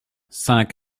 cinq